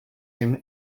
him